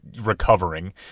recovering